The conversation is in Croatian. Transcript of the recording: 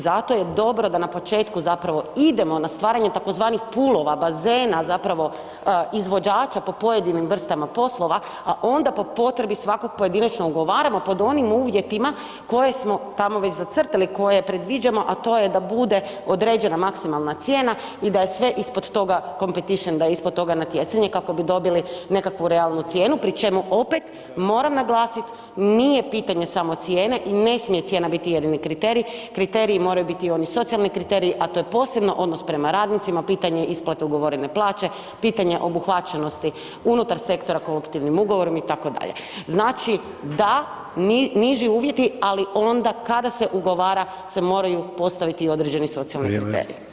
Zato je dobro da na početku zapravo idemo na stvaranje tzv. poolova, bazena, zapravo izvođača po pojedinim vrstama poslova, a onda po potrebi svakog pojedinačnog ugovaramo pod onim uvjetima koje smo tamo već zacrtali, koje predviđamo, a to je da bude određena maksimalna cijena i da je sve ispod toga … [[Govornik se ne razumije]] da je ispod toga natjecanje kako bi dobili nekakvu realnu cijenu pri čemu opet moram naglasit nije pitanje samo cijene i ne smije cijena biti jedini kriterij, kriteriji moraju biti oni socijalni kriteriji, a to je posebno odnos prema radnicima, pitanje isplate ugovorene plaće, pitanje obuhvaćenosti unutar sektora, kolektivnim ugovorom itd., znači da niži uvjeti, ali onda kada se ugovara se moraju postaviti određeni socijalni